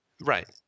Right